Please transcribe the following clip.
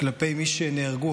כלפי מי שנהרגו,